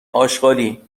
آشغالی